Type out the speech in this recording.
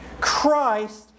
Christ